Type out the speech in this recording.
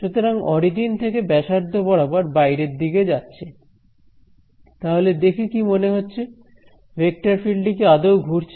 সুতরাং অরিজিন থেকে ব্যাসার্ধ বরাবর বাইরের দিকে যাচ্ছে তাহলে দেখে কী মনে হচ্ছে ভেক্টর ফিল্ড টি কি আদৌ ঘুরছে